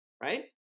right